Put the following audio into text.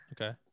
Okay